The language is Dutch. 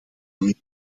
willen